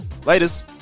Laters